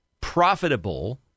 profitable